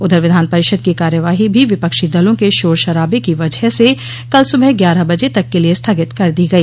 उधर विधान परिषद की कार्यवाही भी विपक्षो दलों के शोर शराबे की वजह से कल सुबह ग्यारह बजे तक के लिए स्थगित कर दी गई